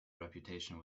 reputation